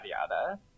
yada